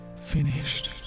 finished